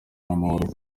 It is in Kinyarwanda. n’amahoro